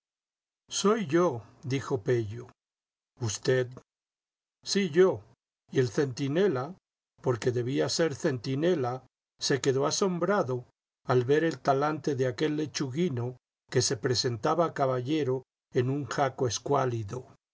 soy yo dijo pello usted sí yo y el centinela porque debía ser centinela se quedó asombrado al ver el talante de aquel lechuguino que se presentaba caballero en un jaco escuálido